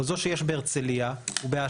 או זו שיש בהרצליה ובאשקלון,